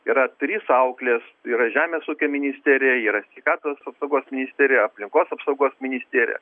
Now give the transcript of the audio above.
yra trys auklės yra žemės ūkio ministerija yra sveikatos apsaugos ministerija aplinkos apsaugos ministerija